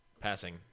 passing